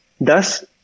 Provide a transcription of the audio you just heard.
Thus